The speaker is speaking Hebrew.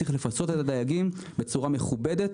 צריך לפצות את הדייגים בצורה מכובדת.